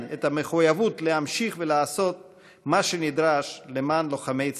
את המחויבות להמשיך ולעשות מה שדרוש למען לוחמי צד"ל,